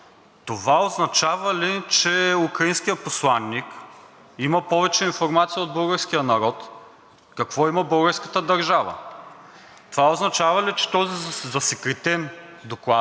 Това означава ли, че украинският посланик има повече информация от българския народ какво има българската държава? Това означава ли, че този засекретен доклад,